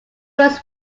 was